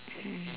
mm